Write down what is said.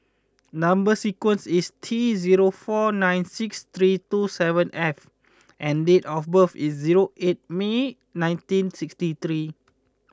number sequence is T zero four nine six three two seven F and date of birth is zero eight May nineteen sixty three